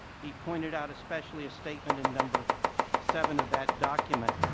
he pointed out especially a statement in number seven of that document,